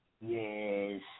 Yes